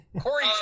Corey